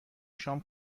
شام